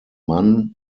mann